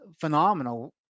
phenomenal